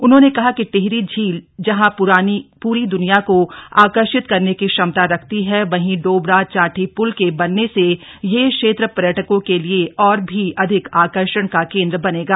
उन्होंने कहा कि टिहरी झील जहां पूरी दनिया को आकर्षित करने की क्षमता रखती है वहीं डोबरा चांठी पुल के बनने से यह क्षेत्र पर्यटकों के लिए और भी अधिक आकर्षण का केंद्र बनेगा